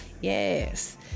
Yes